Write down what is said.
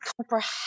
comprehend